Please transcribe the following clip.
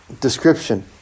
description